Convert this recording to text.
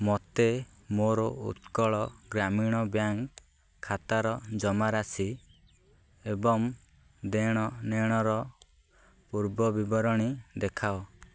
ମୋତେ ମୋର ଉତ୍କଳ ଗ୍ରାମୀଣ ବ୍ୟାଙ୍କ୍ ଖାତାର ଜମାରାଶି ଏବଂ ଦେଣନେଣର ପୂର୍ବବିବରଣୀ ଦେଖାଅ